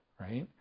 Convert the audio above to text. right